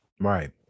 right